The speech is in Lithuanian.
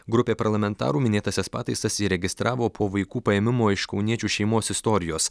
grupė parlamentarų minėtąsias pataisas įregistravo po vaikų paėmimo iš kauniečių šeimos istorijos